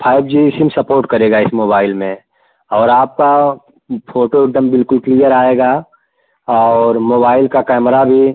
five G SIM support करेगा इस mobile में और आपका फोटो एकदम बिल्कुल क्लियर आएगा और मोबाइल का कैमरा भी